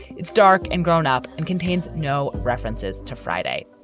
it's dark and grown up and contains no references to friday.